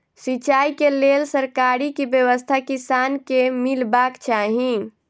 सिंचाई केँ लेल सरकारी की व्यवस्था किसान केँ मीलबाक चाहि?